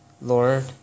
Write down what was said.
Lord